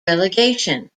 relegation